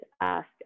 ask